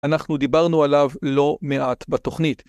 אנחנו דיברנו עליו לא מעט בתוכנית.